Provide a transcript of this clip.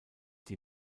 die